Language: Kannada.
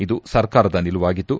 ಇದು ಸರ್ಕಾರದ ನಿಲುವಾಗಿದ್ದು